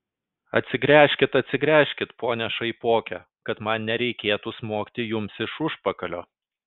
atsigręžkit atsigręžkit pone šaipoke kad man nereikėtų smogti jums iš užpakalio